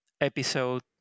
episode